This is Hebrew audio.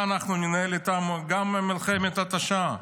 אנחנו ננהל גם איתם מלחמת התשה?